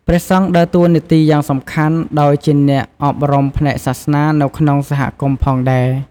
ព្រះសង្ឃដើរតួនាទីយ៉ាងសំខាន់ដោយជាអ្នកអប់រំផ្នែកសាសនានៅក្នុងសហគមន៍ផងដែរ។